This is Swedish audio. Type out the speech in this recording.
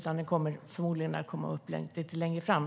Den kommer förmodligen att tas upp lite längre fram.